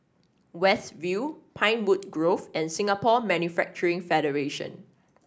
West View Pinewood Grove and Singapore Manufacturing Federation